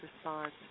Response